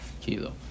kilo